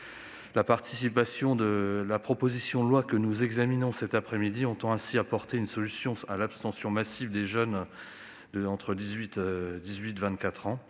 vu le jour. Ainsi, la proposition de loi que nous examinons cet après-midi entend apporter une solution à l'abstention massive des jeunes âgés de 18 à 24 ans.